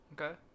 Okay